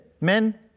Men